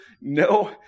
no